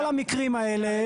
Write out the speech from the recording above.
כל המקרים האלה,